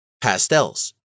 Pastels